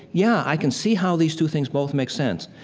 yeah, i can see how these two things both make sense.